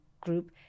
group